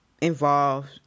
involved